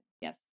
yes